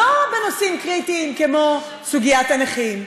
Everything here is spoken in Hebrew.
לא בנושאים קריטיים כמו סוגיית הנכים,